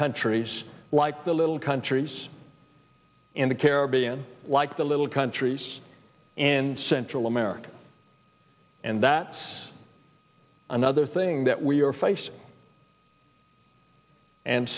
countries like the little countries in the caribbean like the little countries and central america and that's another thing that we are facing and